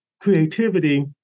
creativity